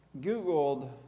googled